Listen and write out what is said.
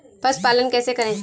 पशुपालन कैसे करें?